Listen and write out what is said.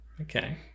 Okay